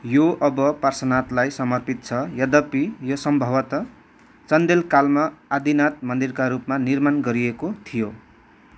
यो अब पार्शनाथलाई समर्पित छ यद्यपि यो सम्भवतः चन्देल कालमा आदिनाथ मन्दिरका रूपमा निर्माण गरिएको थियो